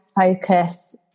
focus